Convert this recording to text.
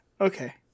Okay